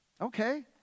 okay